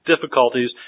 difficulties